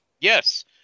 yes